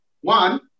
One